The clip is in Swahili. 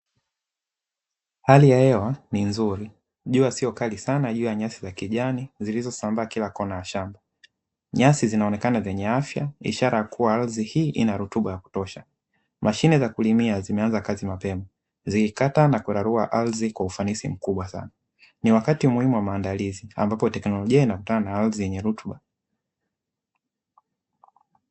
Hali ya hewa ni nzry jua sio kali sana nyasi zinaonekana zenye afya ishara kuwa ardhi hii inarutuba yakutosha. mashine ya kulimia zimeanza kazi mapema zikikata na kurarua ardhi kwa ufanisi mkubwa sana ni wakati muhimu wa maandalizi ambayo teknolojia inakutana na ardhiyenye rutuba.